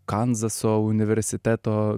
kanzaso universiteto